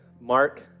Mark